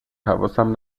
حواسم